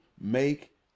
make